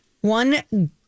one